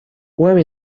where